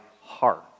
heart